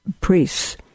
priests